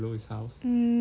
mm